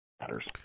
matters